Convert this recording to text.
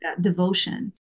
devotion